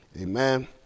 Amen